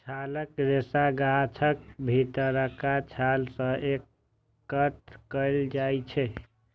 छालक रेशा गाछक भीतरका छाल सं एकत्र कैल जाइ छै